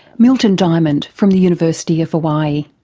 milton diamond from the university of hawaii.